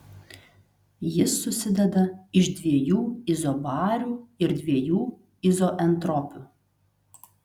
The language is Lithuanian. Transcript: jis susideda iš dviejų izobarių ir dviejų izoentropių